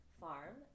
farm